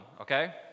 okay